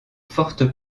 forte